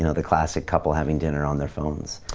you know the classic couple having dinner on their phones?